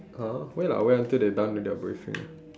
uh wait lah wait until they're done with their briefing ah